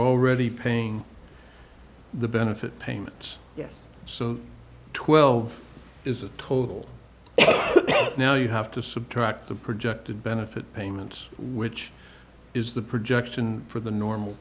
already paying the benefit payments yes so twelve is a total now you have to subtract the projected benefit payments which is the projection for the normal